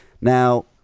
Now